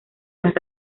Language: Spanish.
las